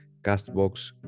CastBox